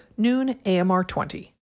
NoonAMR20